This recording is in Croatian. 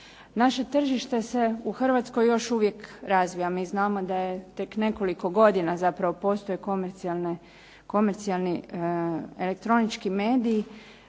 Naše tržište se u Hrvatskoj još uvijek razvija, mi znamo da tek nekoliko godina postoje komercijalni elektronički mediji.